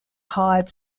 hard